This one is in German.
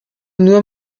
nur